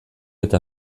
eta